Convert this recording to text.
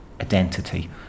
identity